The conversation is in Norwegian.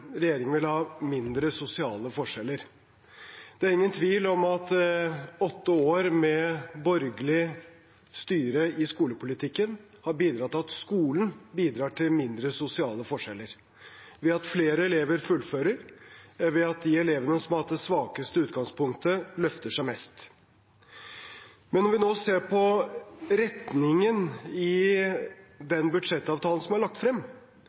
åtte år med borgerlig styre i skolepolitikken har bidratt til at skolen bidrar til mindre sosiale forskjeller – ved at flere elever fullfører, og ved at de elevene som har hatt det svakeste utgangspunktet, løfter seg mest. Når vi nå ser på retningen i den budsjettavtalen som er lagt frem,